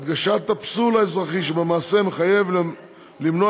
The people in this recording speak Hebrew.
הדגשת הפסול האזרחי שבמעשה מחייבת למנוע